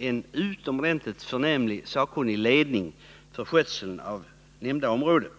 han bedriver en utomordentligt sakkunnig ledning av skötseln av det nu aktuella området.